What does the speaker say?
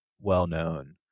well-known